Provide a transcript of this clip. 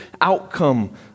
outcome